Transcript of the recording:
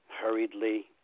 hurriedly